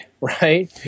right